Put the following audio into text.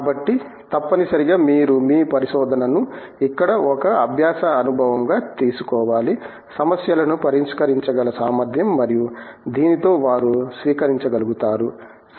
కాబట్టి తప్పనిసరిగా మీరు మీ పరిశోధనను ఇక్కడ ఒక అభ్యాస అనుభవంగా తీసుకోవాలి సమస్యలను పరిష్కరించగల సామర్థ్యం మరియు దీనితో వారు స్వీకరించగలుగుతారు